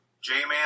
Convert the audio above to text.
J-Man